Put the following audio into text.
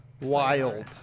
Wild